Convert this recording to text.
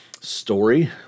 story